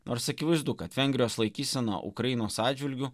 nors akivaizdu kad vengrijos laikysena ukrainos atžvilgiu